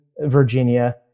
Virginia